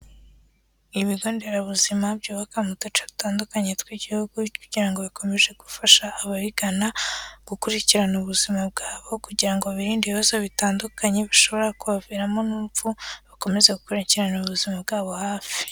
Ibigo nderabuzima byubaka mu duce dutandukanye tw'igihugu kugira ngo bikomeze gufasha ababigana gukurikirana ubuzima bwabo kugira ngo birinde ibibazo bitandukanye bishobora kubaviramo n'urupfu, bakomeze gukurikiranira ubuzima bwabo hafi.